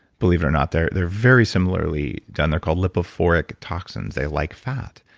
believe it or not. they're they're very similarly done, they're called lipophilic toxins, they like fat.